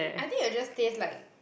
I think it'll just taste like